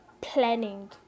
planning